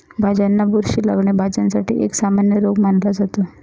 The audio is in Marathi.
भाज्यांना बुरशी लागणे, भाज्यांसाठी एक सामान्य रोग मानला जातो